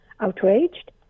outraged